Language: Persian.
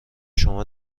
شما